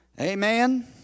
Amen